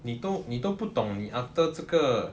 你都你都不懂你 after 这个